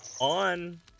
on